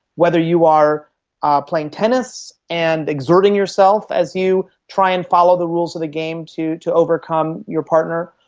whether you are are playing tennis and exerting yourself as you try and follow the rules of the game to to overcome your partner,